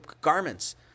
garments